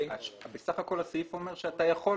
בסך הכול הסעיף אומר שאתה יכול